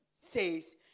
says